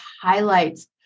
highlights